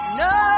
no